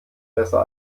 besser